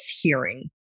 hearing